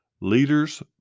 leaders